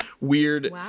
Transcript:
weird